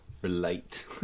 relate